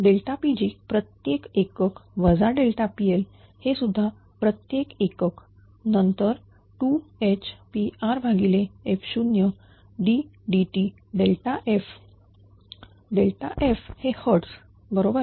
Pg प्रत्येक एकक वजा PL हेसुद्धा प्रत्येक एकक नंतर 2HPrf0ddtf f हे hertz बरोबर